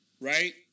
right